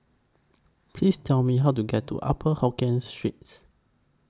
Please Tell Me How to get to Upper Hokkien Streets